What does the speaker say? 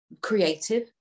creative